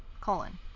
colon